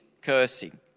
cursing